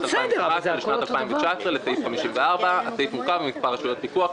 2018 לשנת 2019 לסעיף 54. הסעיף מורכב ממספר רשויות פיקוח,